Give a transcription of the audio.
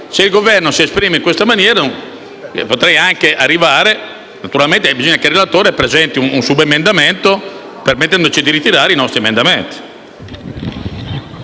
Se il Governo si esprime in questa maniera, potremmo anche arrivare - ma bisogna che il relatore presenti un subemendamento - a ritirare i nostri emendamenti.